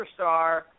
superstar